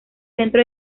centro